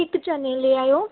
ਇਕ ਚਨੇ ਲੈ ਆਇਓ